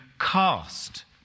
cast